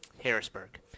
Harrisburg